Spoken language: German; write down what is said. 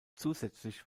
zusätzlich